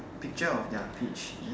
picture of ya peach